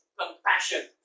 compassion